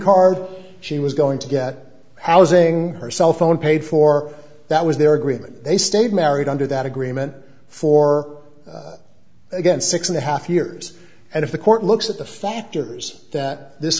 card she was going to get housing her cell phone paid for that was their agreement they stayed married under that agreement for again six and a half years and if the court looks at the factors that this